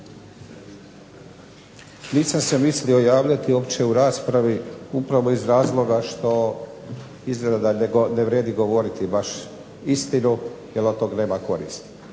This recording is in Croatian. Nisam se mislio javljati uopće u raspravi upravo iz razloga što izgleda ne vrijedi govoriti baš istinu jer od toga nema koristi.